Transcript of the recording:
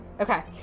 Okay